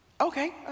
Okay